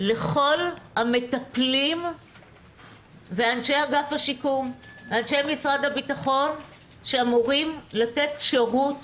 לכל המטפלים ואנשי אגף השיקום ואנשי משרד הביטחון שאמורים לתת שירות